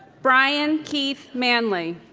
brian keith manley